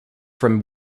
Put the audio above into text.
from